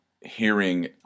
hearing